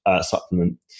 supplement